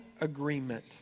agreement